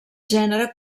gènere